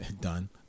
Done